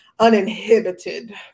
uninhibited